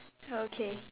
okay